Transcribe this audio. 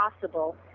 possible